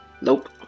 Nope